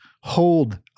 hold